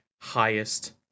highest